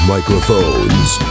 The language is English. Microphones